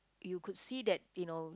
you could see that you know